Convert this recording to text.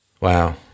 Wow